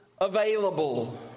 available